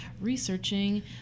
researching